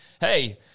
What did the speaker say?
Hey